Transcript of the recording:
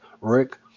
Rick